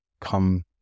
come